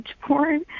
porn